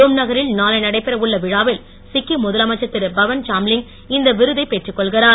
Rome நகரில் நாளை நடைபெற உள்ள விழாவில் சிக்கிம் முதலமைச்சர் திரு பவன் சாம்லிங் இந்த விருதைப் பெற்றுக் கொள்கிறார்